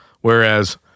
Whereas